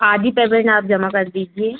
आधी पेमेन्ट आप जमा कर दीजिए